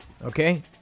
Okay